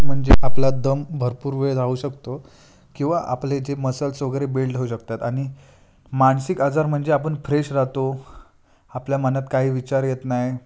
म्हणजे आपला दम भरपूर वेळ राहू शकतो किंवा आपले जे मसल्स वगैरे बिल्ड होऊ शकतात आणि मानसिक आजार म्हणजे आपण फ्रेश राहतो आपल्या मनात काही विचार येत नाही